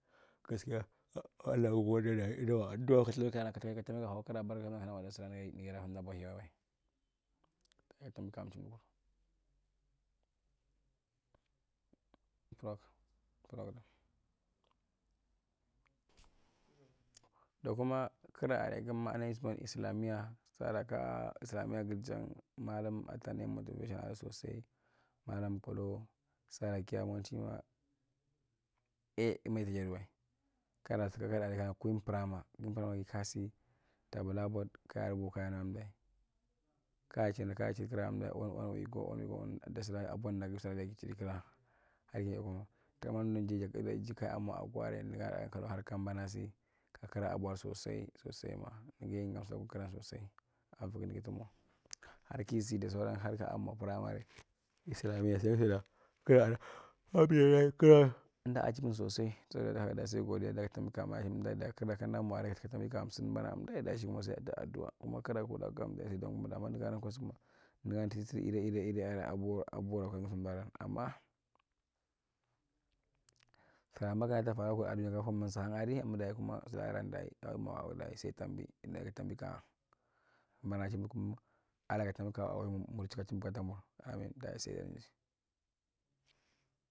sulaka ka taambia ka taambiya ho barka kwa kira mi kana sulaka mo yada kwa emdae bohiyawae wae problem dakuma kira aray ganma anay yisi bow islamia sara ka islamia girjang malum adi tanai motivation sosai malum poloo sara kiyara moti ma a ma itajadiwae kaka sin kackadi kandaanu kana queen prima uinpramagi kasin ta baa bord ka rubo kaya nakam dae kashmdi ka chil karaandae wan wan week or wan week dasula apon ninda dayi kisura chiri kira har yayin taman nigu jaju kaamwa agora nigi aran kadaku har kumbanasi ka kiran abwa sosai sosaima nigiye yingaadi gamsudae kur kiran sosai avigi nigi tumwa har kisi da sauran har kaamwa primary dayi sai godia day tambi kambana chindae ayi kira’ta kamdaa mwa aray dayi ka tambia kiya sin bana emodai dayi sai kai aduwa kuma kira kan amma sira magadai kudan daa baran suhanyae’di emdu dayi kuma sulaka aran dayi tambi kuma saitambi dayi tambi kaya banachin emdu kum dagae tambi kaya kumur chickaachin uvi darnwa amin dayi saitnar jae.